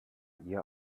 ihr